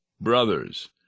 brothers